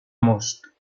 most